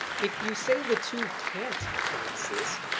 if you say the two can't coexist,